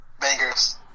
bangers